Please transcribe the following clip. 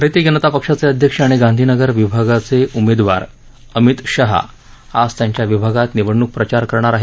भारतीय जनता पक्षाचे अध्यक्ष आणि गांधीनगर विभागाचे उमेदवार अमित शहा आज त्यांच्या विभागात निवडणूक प्रचार करणार आहेत